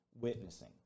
witnessing